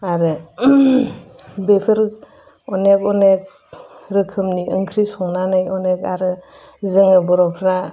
आरो बेफोर अनेक अनेक रोखोमनि ओंख्रि संनानै अनेक आरो जोङो बर'फ्रा